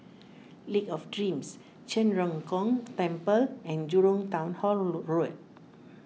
Lake of Dreams Zhen Ren Gong Temple and Jurong Town Hall Road